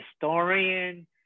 historian